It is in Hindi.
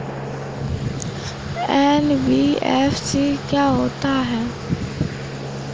एन.बी.एफ.सी क्या होता है?